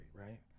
right